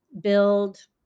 build